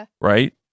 right